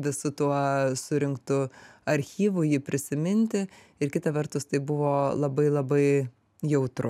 visu tuo surinktu archyvu jį prisiminti ir kita vertus tai buvo labai labai jautru